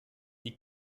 die